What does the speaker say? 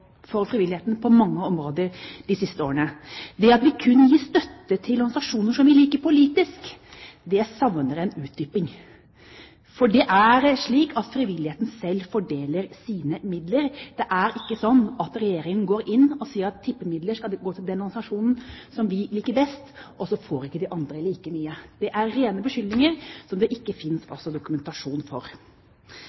frivilligheten på mange områder de siste årene. Det at vi kun gir støtte til organisasjoner som vi liker politisk, savner en utdyping, for det er slik at frivilligheten selv fordeler sine midler. Det er ikke slik at Regjeringen går inn og sier at tippemidler skal gå til den organisasjonen som vi liker best, og så får de andre ikke like mye. Det er rene beskyldninger, som det ikke finnes